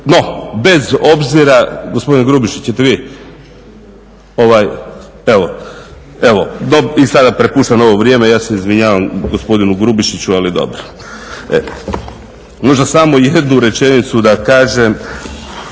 No bez obzira, gospodin Grubišić ćete vi? Evo, i sada prepuštam ovo vrijeme, ja se izvinjavam gospodinu Grubišiću ali dobro. Možda samo jednu rečenicu da kažem?